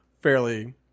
fairly